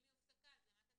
אם היא הופסקה, אז למה תקציב?